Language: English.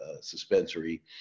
suspensory